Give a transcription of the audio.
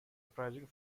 uprising